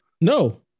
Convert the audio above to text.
No